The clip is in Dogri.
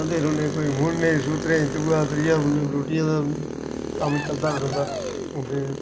कोई मुन्नने सूत्रें दूआ त्रीया रट्टिया दा कम्म चलदा गै रौंह्दा ते